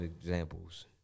examples